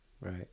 Right